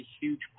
huge